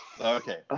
Okay